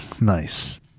Nice